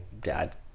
dad